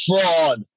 fraud